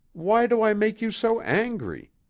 why do i make you so angry?